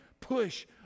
push